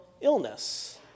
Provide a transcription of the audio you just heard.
illness